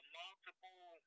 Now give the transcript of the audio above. multiple